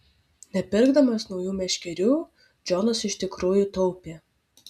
nepirkdamas naujų meškerių džonas iš tikrųjų taupė